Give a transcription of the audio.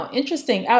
interesting